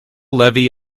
levy